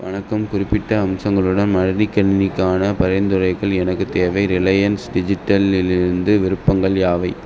வணக்கம் குறிப்பிட்ட அம்சங்களுடன் மடிக்கணினிக்கான பரிந்துரைகள் எனக்கு தேவை ரிலையன்ஸ் டிஜிட்டல்லிலிருந்து விருப்பங்கள் யாவை